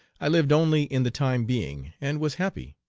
i lived only in the time being and was happy.